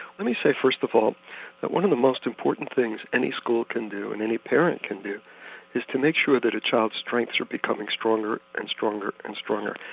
let me say first of all that one of the most important things any school can do and any parent can do is to make sure that a child's strengths are becoming stronger and stronger and stronger.